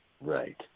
Right